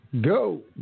Go